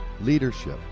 leadership